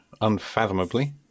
unfathomably